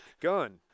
Gun